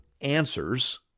answers